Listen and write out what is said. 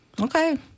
Okay